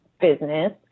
business